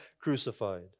crucified